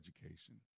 education